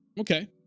Okay